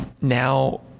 now